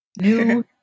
new